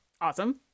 Awesome